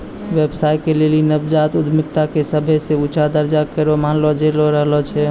व्यवसाय के लेली नवजात उद्यमिता के सभे से ऊंचा दरजा करो मानलो जैतो रहलो छै